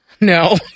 No